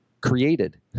created